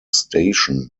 station